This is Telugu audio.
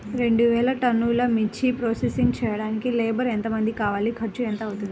రెండు వేలు టన్నుల మిర్చి ప్రోసెసింగ్ చేయడానికి లేబర్ ఎంతమంది కావాలి, ఖర్చు ఎంత అవుతుంది?